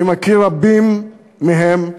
אני מכיר רבים מהם.